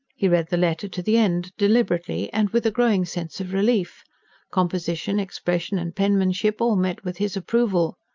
he read the letter to the end, deliberately, and with a growing sense of relief composition, expression and penmanship, all met with his approval.